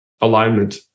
alignment